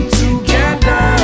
together